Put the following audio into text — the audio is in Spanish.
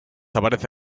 aparece